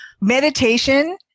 Meditation